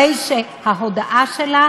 הרי ההודעה שלה